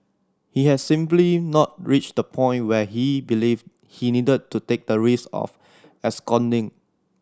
he had simply not reached the point where he believed he needed to take the risk of absconding